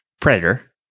Predator